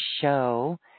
show